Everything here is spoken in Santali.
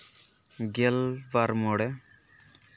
ᱜᱮᱞᱵᱟᱨ ᱢᱚᱬᱮ